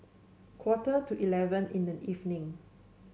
quarter to eleven in the evening